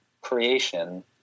creation